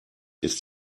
ist